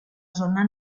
zona